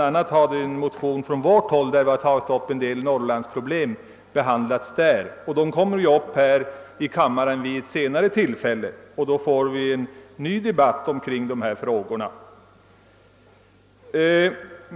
a. har en motion från vårt håll, där vi har tagit upp en del viktiga norrlandsproblem, behandlats där. De kommer ju att tas upp här i kammaren vid ett senare tillfälle, och då får vi en ny debatt kring dessa frågor.